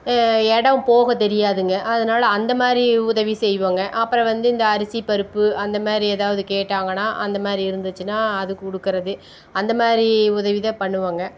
இடம் போக தெரியாதுங்க அதனால் அந்த மாதிரி உதவி செய்வோம்ங்க அப்புறம் வந்து இந்த அரிசி பருப்பு அந்த மாதிரி எதாவது கேட்டாங்கன்னா அந்த மாதிரி இருந்துச்சுன்னா அது கொடுக்கறது அந்த மாதிரி உதவி தான் பண்ணுவோம்ங்க